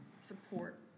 support